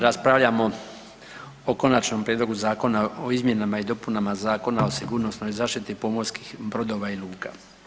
Raspravljamo o Konačnom prijedlogu zakona o izmjenama i dopunama Zakona o sigurnosnoj zaštiti pomorskih brodova i luka.